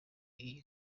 iyi